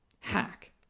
hack